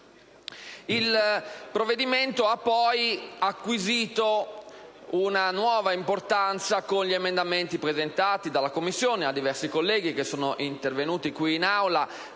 Il provvedimento ha poi acquisito una nuova importanza con gli emendamenti presentati dalla Commissione e da diversi colleghi che sono intervenuti qui in Aula